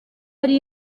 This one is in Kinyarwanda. ari